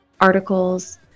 articles